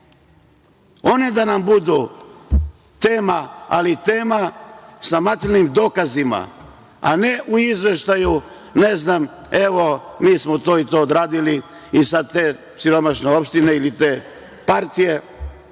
one da nam budu tema, ali tema sa materijalnim dokazima, a ne u izveštaju, ne znam - evo, mi smo to i to odradili i sad te siromašne opštine ili te partije